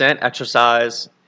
exercise